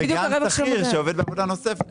וגם שכיר שעובד בעבודה נוספת.